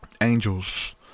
angels